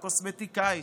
הקוסמטיקאית,